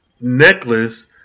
necklace